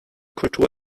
kultur